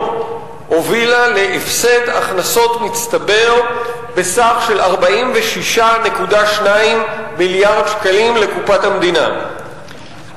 להפסד הכנסות מצטבר בסך של 46.2 מיליארד שקלים לקופת המדינה,